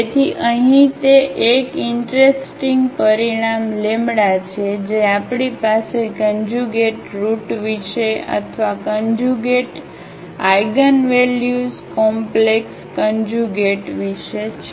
તેથી અહીં તે એક ઈંટરસ્ટિંગ પરિણામ છે જે આપણી પાસે કન્જ્યુગેટ રુટ વિશે અથવા કન્જ્યુગેટ આઇગનવેલ્યુસ કોમ્પ્લેક્સ કન્જ્યુગેટ વિશે છે